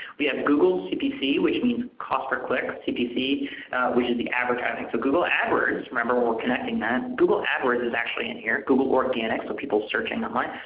we have google cpc which means cost per click, cpc which is the advertising. so google adwords, remember we are connecting that. google adwords is actually in here. google organic so people searching online.